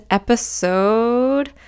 episode